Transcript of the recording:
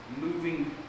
moving